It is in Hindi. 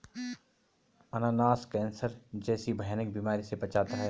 अनानास कैंसर जैसी भयानक बीमारी से बचाता है